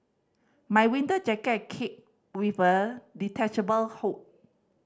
my winter jacket came with a detachable hood